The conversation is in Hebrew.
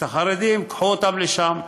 את החרדים, את החרדים, קחו אותם לשם.